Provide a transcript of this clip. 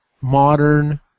modern